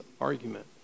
argument